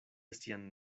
sian